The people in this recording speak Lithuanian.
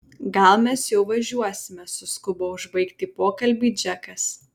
gal mes jau važiuosime suskubo užbaigti pokalbį džekas